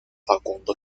facundo